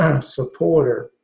supporter